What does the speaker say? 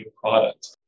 product